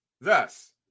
Thus